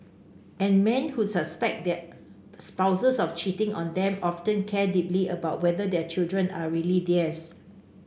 and men who suspect their spouses of cheating on them often care deeply about whether their children are really theirs